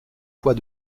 fois